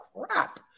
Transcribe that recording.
crap